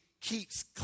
keeps